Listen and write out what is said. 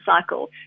cycle